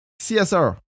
csr